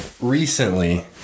recently